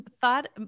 thought